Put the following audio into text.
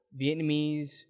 Vietnamese